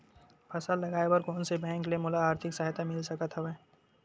फसल लगाये बर कोन से बैंक ले मोला आर्थिक सहायता मिल सकत हवय?